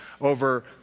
over